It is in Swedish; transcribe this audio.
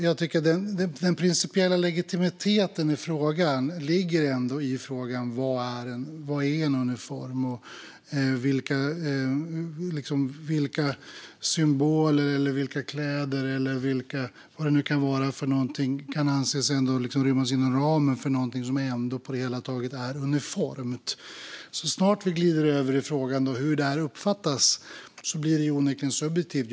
Jag tycker att frågans principiella legitimitet ligger i frågan om vad en uniform är och vilka symboler, kläder eller vad det nu kan vara som kan anses rymmas inom ramen för något som ändå på det hela taget är uniformt. Så snart vi glider över i frågan om hur detta uppfattas blir det onekligen subjektivt.